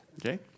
Okay